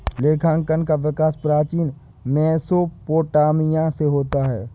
लेखांकन का विकास प्राचीन मेसोपोटामिया से होता है